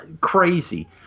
crazy